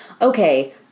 Okay